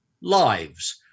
lives